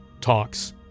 talks